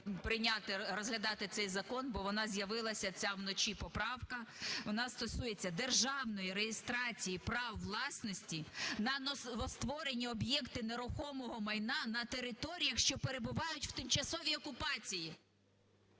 прийняти, розглядати цей закон, бо вона з'явилася вночі ця поправка. Вона стосується державної реєстрації прав власності на новостворені об'єкти нерухомого майна на територіях, що перебувають в тимчасовій окупації.